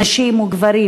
נשים וגברים,